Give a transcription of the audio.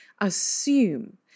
assume